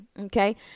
okay